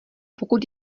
pokud